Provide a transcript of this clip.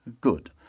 good